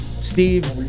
Steve